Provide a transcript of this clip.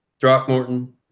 Throckmorton